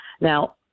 Now